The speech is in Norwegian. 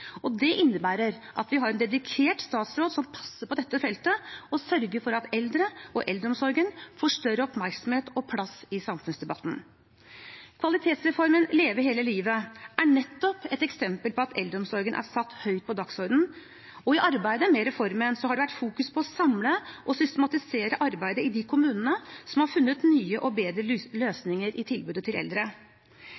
Det innebærer at vi har en dedikert statsråd som passer på dette feltet og sørger for at eldre og eldreomsorgen får større oppmerksomhet og plass i samfunnsdebatten. Kvalitetsreformen Leve hele livet er nettopp et eksempel på at eldreomsorgen er satt høyt på dagsordenen, og i arbeidet med reformen har det vært fokus på å samle og systematisere arbeidet i de kommunene som har funnet nye og bedre